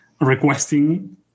requesting